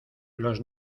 los